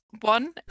one